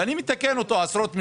ואני מתקן את העשרות מיליארדים.